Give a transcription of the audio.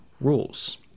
rules